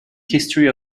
history